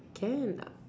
can